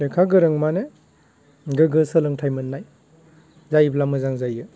लेखा गोरों माने गोग्गो सोलोंथाइ मोननाय जायोब्ला मोजां जायो